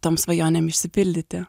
tom svajonėm išsipildyti